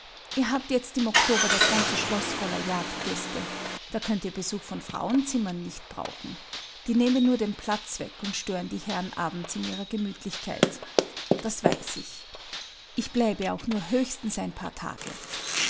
ihr habt jetzt im oktober das ganze schloß voller jagdgäste da könnt ihr besuch von frauenzimmern nicht brauchen die nehmen nur den platz weg und stören die herren abends in ihrer gemütlichkeit das weiß ich ich bleibe auch nur höchstens ein paar tage